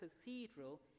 Cathedral